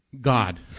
God